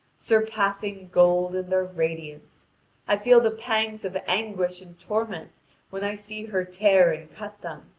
surpassing gold in their radiance i feel the pangs of anguish and torment when i see her tear and cut them,